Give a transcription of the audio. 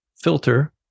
filter